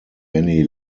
many